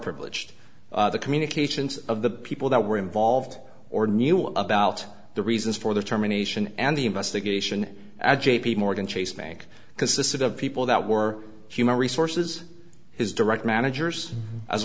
privileged the communications of the people that were involved or knew about the reasons for the terminations and the investigation at j p morgan chase bank because the sort of people that were human resources his direct managers as